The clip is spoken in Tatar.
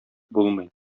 булмый